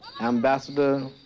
ambassador